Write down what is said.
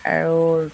আৰু